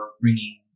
bringing